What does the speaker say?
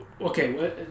Okay